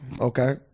Okay